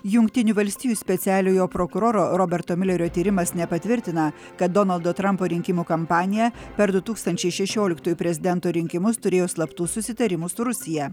jungtinių valstijų specialiojo prokuroro roberto miulerio tyrimas nepatvirtina kad donaldo trampo rinkimų kampanija per du tūkstančiai šešioliktųjų prezidento rinkimus turėjo slaptų susitarimų su rusija